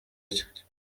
rye